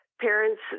parents